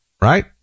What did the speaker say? right